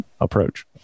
approach